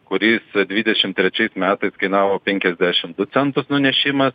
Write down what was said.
kuris dvidešim trečiais metais kainavo penkiasdešim du centus nunešimas